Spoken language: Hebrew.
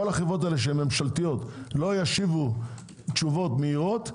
כל החברות הממשלתיות לא ישיבו תשובות מהירות,